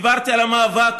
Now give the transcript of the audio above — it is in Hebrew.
דיברתי על המאבק